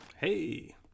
hey